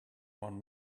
one